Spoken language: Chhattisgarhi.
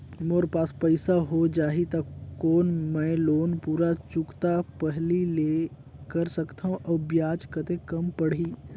मोर पास पईसा हो जाही त कौन मैं लोन पूरा चुकता पहली ले कर सकथव अउ ब्याज कतेक कम पड़ही?